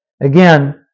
Again